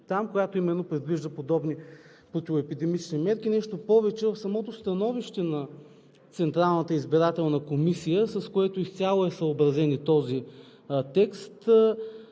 която именно предвижда подобни противоепидемични мерки. Нещо повече, в самото становище на Централната избирателна комисия, с което изцяло е съобразен и този текст,